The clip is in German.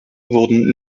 wurden